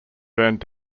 burned